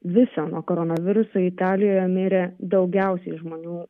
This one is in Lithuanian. viso nuo koronaviruso italijoje mirė daugiausiai žmonių